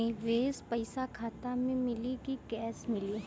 निवेश पइसा खाता में मिली कि कैश मिली?